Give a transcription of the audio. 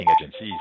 agencies